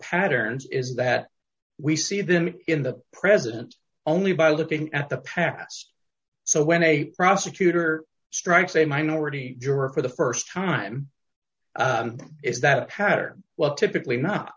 patterns is that we see them in the president only by looking at the past so when a prosecutor strikes a minority juror for the st time is that pattern well typically not